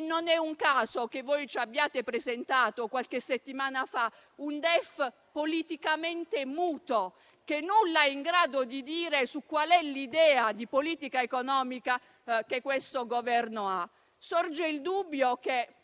Non è un caso che ci abbiate presentato qualche settimana fa un DEF politicamente muto, che nulla è in grado di dire su quale sia l'idea di politica economica di questo Governo. Sorge il dubbio che